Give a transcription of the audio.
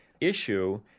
issue